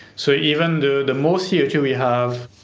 so even though the more c o two we have,